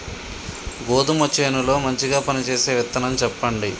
గోధుమ చేను లో మంచిగా పనిచేసే విత్తనం చెప్పండి?